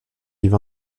yves